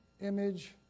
image